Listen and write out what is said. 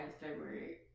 February